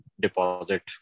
deposit